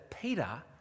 Peter